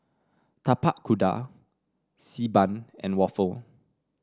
Tapak Kuda Xi Ban and waffle